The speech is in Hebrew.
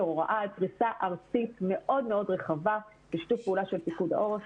בפריסה ארצית גדולה בשיתוף פעולה של פיקוד העורף,